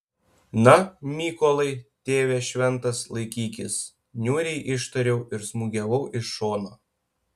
na mykolai tėve šventas laikykis niauriai ištariau ir smūgiavau iš šono